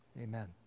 Amen